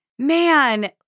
Man